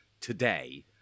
today